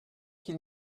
qu’il